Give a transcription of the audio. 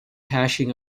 hashing